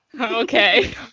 Okay